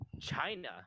China